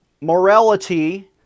morality